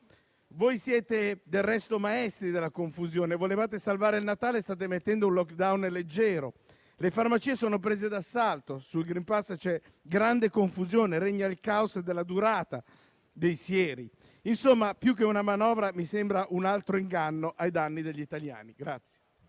Voi siete, del resto, maestri della confusione. Volevate salvare il Natale: state mettendo in *lockdown* leggero. Le farmacie sono prese d'assalto. Sui *green pass* c'è grande confusione, regna il *caos* sulla durata dei sieri. Insomma, più che una manovra, mi sembra un altro inganno ai danni degli italiani.